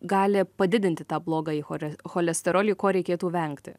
gali padidinti tą blogąjį chole cholesterolį ko reikėtų vengti